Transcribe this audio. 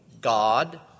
God